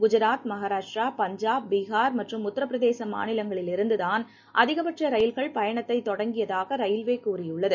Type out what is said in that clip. குஜராத் மகாராஷ்ட்ரா பஞ்சாப் பிகார் மற்றும் உத்தரபிரதேச மாநிலங்களிலிருந்து தான் அதிக பட்ச ரயில்கள் பயணத்தைத் தொடங்கியதாக ரயில்வே கூறியுள்ளது